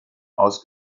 aus